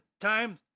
time